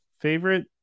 favorite